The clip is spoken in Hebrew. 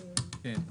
כן.